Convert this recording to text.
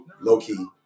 low-key